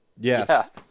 Yes